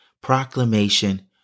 Proclamation